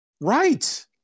Right